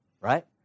right